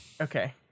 Okay